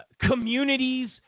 communities